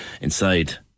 inside